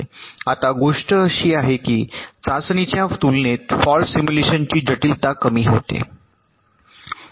आता गोष्ट अशी आहे की चाचणीच्या तुलनेत फॉल्ट सिम्युलेशनची जटिलता कमी होते